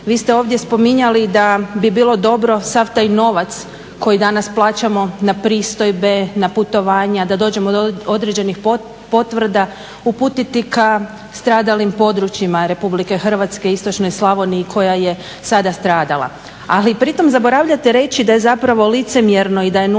vi ste ovdje spominjali da bi bilo dobro sav taj novac koji danas plaćamo na pristojbe, na putovanja da dođemo do određenih potvrda, uputiti ka stradalim područjima Republike Hrvatske, istočnoj Slavoniji koja je sada stradala. Ali pri tome zaboravljate reći da je zapravo licemjerno i da je 0 kuna